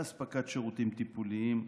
לאספקת שירותים טיפוליים,